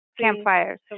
campfires